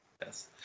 Yes